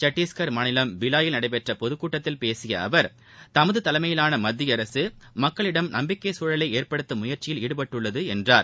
சத்தீஸ்கர் மாநிலம் பிலாயில் நடைபெற்ற பொதுக் கூட்டத்தில் பேசிய அவர் தமது தலைமையிலான மத்திய அரசு மக்களிடம் நம்பிக்கைச் சூழலை ஏற்படுத்தும் முயற்சியில் ஈடுபட்டுள்ளது என்றார்